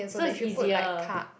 so it's easier